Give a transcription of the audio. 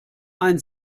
ein